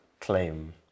claim